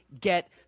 get